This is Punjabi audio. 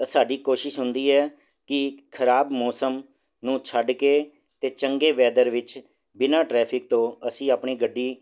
ਤਾਂ ਸਾਡੀ ਕੋਸ਼ਿਸ਼ ਹੁੰਦੀ ਹੈ ਕਿ ਖ਼ਰਾਬ ਮੌਸਮ ਨੂੰ ਛੱਡ ਕੇ ਅਤੇ ਚੰਗੇ ਵੈਦਰ ਵਿੱਚ ਬਿਨਾਂ ਟ੍ਰੈਫਿਕ ਤੋਂ ਅਸੀਂ ਆਪਣੀ ਗੱਡੀ